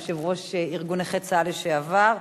יושב-ראש ארגון נכי צה"ל לשעבר.